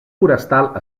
forestal